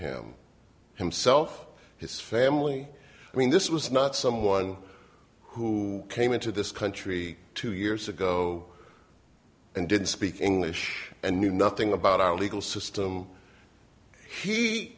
him himself his family i mean this was not someone who came into this country two years ago and didn't speak english and knew nothing about our legal system